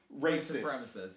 racist